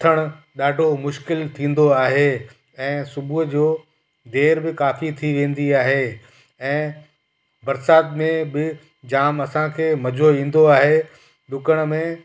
उथणु ॾाढो मुश्किल थींदो आहे ऐं सुबूह जो देरि बि काफ़ी थी वेंदी आहे ऐं बरसाति में बि जामु असांखे मज़ो ईंदो आहे ॾुकण में